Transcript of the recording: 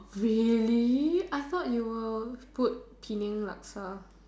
really I thought you will put Penang Laksa